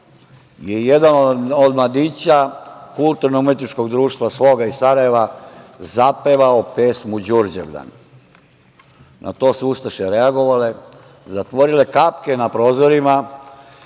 jedan od mladića Kulturno umetničkog društva „Sloga“ iz Sarajeva je zapevao pesmu Đurđevdan. Na to su ustaše reagovale, zatvorile kapke na prozorima